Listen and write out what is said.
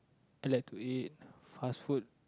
I like to eat fast food